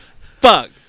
Fuck